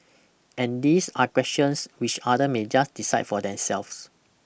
and these are questions which other may just decide for themselves